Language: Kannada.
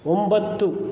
ಒಂಬತ್ತು